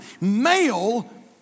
male